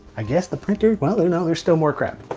i guess the printer, well no there's still more crap.